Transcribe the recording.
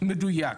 לא מדויק.